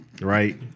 Right